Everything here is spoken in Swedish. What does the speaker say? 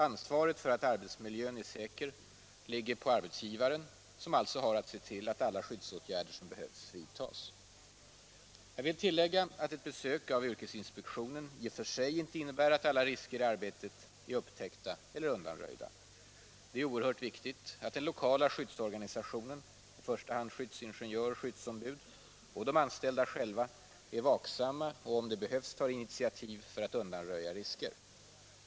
Ansvaret för att arbetsmiljön är säker ligger på arbetsgivaren, som alltså har att se till att alla skyddsåtgärder som behövs vidtas. Jag vill tillägga att ett besök av yrkesinspektionen i och för sig inte innebär att alla risker i arbetet är upptäckta eller undanröjda. Det är oerhört viktigt att den lokala skyddsorganisationen — i första hand skyddsingenjör och skyddsombud — och de anställda själva är vaksamma och om det behövs tar initiativ för att undanröja risker.